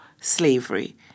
slavery